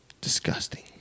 disgusting